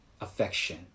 affection